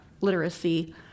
literacy